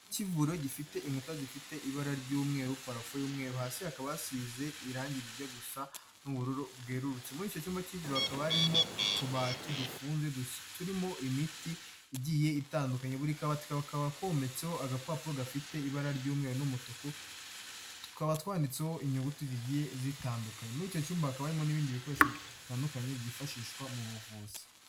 Ikigo cy'ivuriro gifite inkuta zifite ibara ry'umweru, parafu y'umweru. Hasi hakaba hasize irangi rijya gusa n'ubururu bwerurutse. Muri icyo cyumba cy'ivuriro hakaba harimo utubati dufunze turimo imiti igiye itandukanye. Buri kabati kakaba kometseho agapapuro gafite ibara ry'umweru n'umutuku. Tukaba twanditseho inyuguti zigiye zitandukanye. Muri icyo cyumba hakabamo n'ibindi bikoresho bitandukanye byifashishwa mu buvuzi.